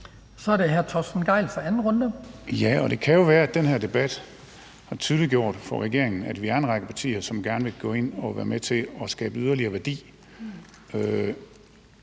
Så er det hr. Torsten Gejl for anden runde. Kl. 18:14 Torsten Gejl (ALT): Det kan jo være, at den her debat har tydeliggjort for regeringen, at vi er en række partier, som gerne vil gå ind at være med til at skabe yderligere værdi